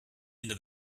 into